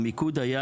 המיקוד היה,